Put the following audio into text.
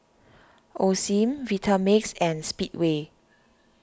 Osim Vitamix and Speedway